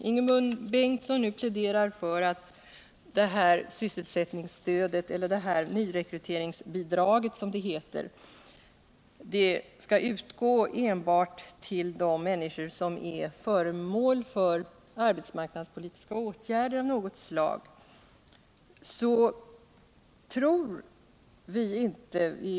Ingemund Bengtsson pläderade här för att nyrekryteringsbidraget enbart skulle utgå till dem som är föremål för arbetsmarknadspolitiska åtgärder av något slag.